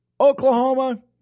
Oklahoma